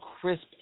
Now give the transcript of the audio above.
crisp